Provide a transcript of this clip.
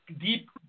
deep